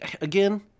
again